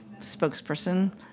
spokesperson